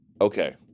Okay